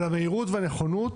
אבל המהירות והנכונות